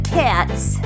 cat's